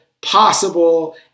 possible